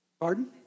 Pardon